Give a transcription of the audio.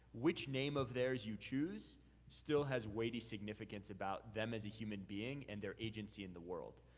which name of theirs you choose still has weighty significance about them as a human being and their agency in the world.